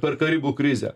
per karibų krizę